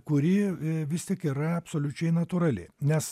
kuri vis tik yra absoliučiai natūrali nes